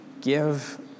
give